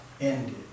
ended